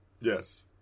Yes